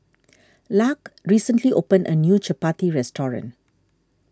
Lark recently opened a new Chapati restaurant